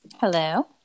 Hello